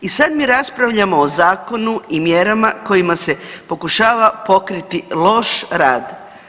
I sad mi raspravljamo o zakonu i mjerama kojima se pokušava pokriti loš rad.